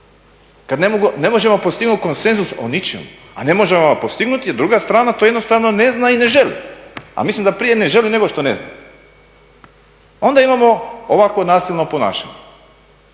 kad ne možemo postići konsenzus o ničemu, a ne možemo ga postignuti jer druga strana to jednostavno ne zna i ne želi, a mislim da prije ne želi, nego što ne zna. Onda imamo ovakvo nasilno ponašanje.